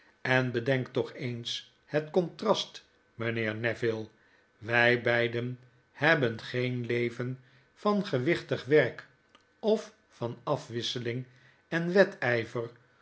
en bedenk toch eens het contrast mijnheer neville wij beiden hebben geen leven van gewichtig werk of van afwisseling en wedgver